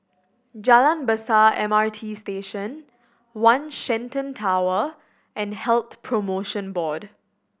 Jalan Besar M R T Station One Shenton Tower and Health Promotion Board